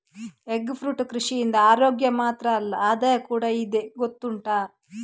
egg fruit ಕೃಷಿಯಿಂದ ಅರೋಗ್ಯ ಮಾತ್ರ ಅಲ್ಲ ಆದಾಯ ಕೂಡಾ ಇದೆ ಗೊತ್ತುಂಟಾ